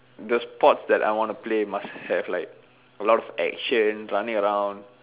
the sports the I want to play must have like a lot of actions running around